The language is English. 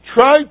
Try